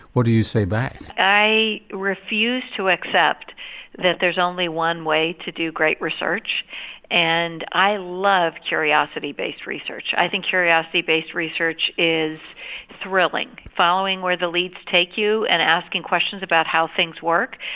what do you say back? i refuse to accept that there's only one way to do great research and i love curiosity based research, i think curiosity based research is thrilling, following where the leads take you and asking questions about how things work.